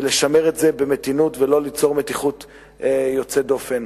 ולשמר את זה במתינות ולא ליצור מתיחות יוצאת דופן.